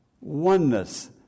oneness